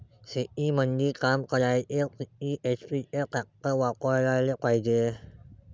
शेतीमंदी काम करायले किती एच.पी चे ट्रॅक्टर वापरायले पायजे?